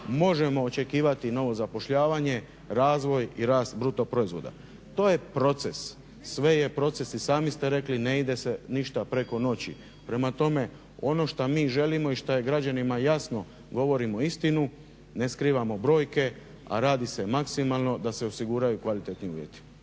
možemo očekivati novo zapošljavanje, razvoj i rast BDP-a. To je proces, sve je proces, i sami ste rekli ne ide se ništa preko noći. Prema tome, ono što mi želimo i što je građanima jasno govorimo istinu, ne skrivamo brojke a radi se maksimalno da se osiguraju kvalitetni uvjeti.